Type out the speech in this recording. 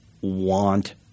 want